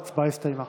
ההצבעה הסתיימה.